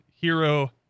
hero